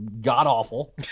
god-awful